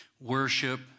worship